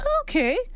okay